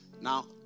Now